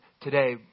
today